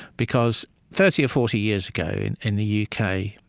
because thirty or forty years ago in in the u k,